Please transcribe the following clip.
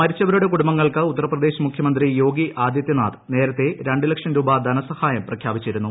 മരിച്ചവരുടെ കുടുംബങ്ങൾക്ക് ഉത്തർപ്രദേശ് മുഖ്യമന്ത്രി യോഗി ആദിത്യനാഥ് നേരത്തെ രണ്ട്ലക്ഷം രൂപ ധനസഹായം പ്രഖ്യാപിച്ചിരുന്നു